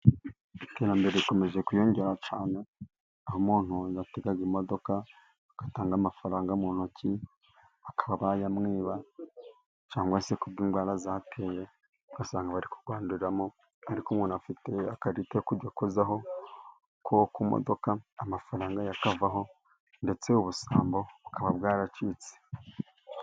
Iterambere rikomeje kwiyongera cyane，aho muntu yategaga imodoka， agatanga amafaranga mu ntoki， bakaba bayamwiba，cyangwa se ku bw'indwara zateye， ugasanga bari kwanduramo，ariko umuntu afite ikarita yo kujya akozaho ku modoka，amafaranga ye akavaho， ndetse ubu busambo， bukaba bwaracitse.